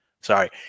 Sorry